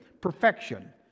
perfection